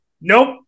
Nope